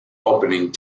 opening